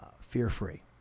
fear-free